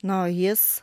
na o jis